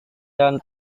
dan